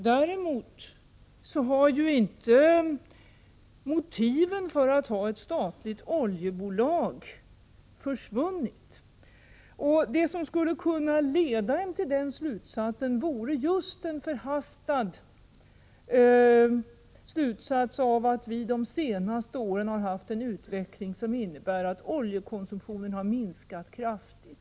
Däremot har inte motiven för att ha ett statligt oljebolag försvunnit. Det som skulle kunna leda till en sådan bedömning vore just den förhastade slutsatsen att vi de senaste åren har haft en utveckling som innebär att oljekonsumtionen har minskat kraftigt.